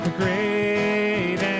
great